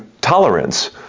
tolerance